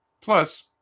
Plus